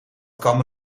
kan